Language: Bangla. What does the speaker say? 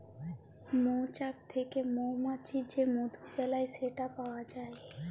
মচাক থ্যাকে মমাছি যে মধু বেলায় সেট পাউয়া যায়